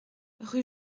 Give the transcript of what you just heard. rue